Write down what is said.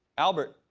albert.